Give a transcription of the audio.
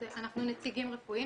אז אנחנו נציגים רפואיים,